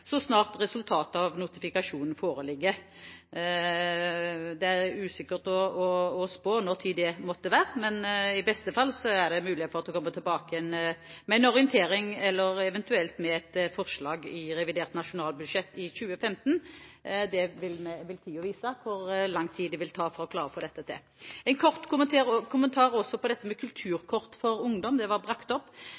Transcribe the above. så snart resultatet av notifikasjonen foreligger. Det er vanskelig å spå når det måtte bli, men i beste fall er det en mulighet for at vi kommer tilbake med en orientering eller eventuelt et forslag i revidert nasjonalbudsjett i 2015. Tiden vil vise hvor lang tid det vil ta å klare å få til dette. En kort kommentar til dette med